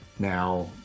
Now